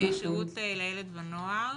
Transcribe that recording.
בשירות לילד ונוער.